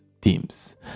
teams